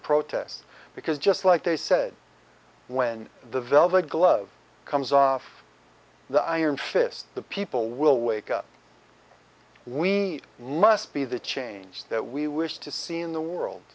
protests because just like they said when the velvet glove comes off the iron fist the people will wake up we must be the change that we wish to see in the world